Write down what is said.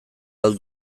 ahal